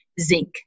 zinc